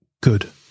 Good